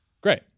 Great